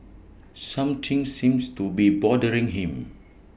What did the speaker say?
something seems to be bothering him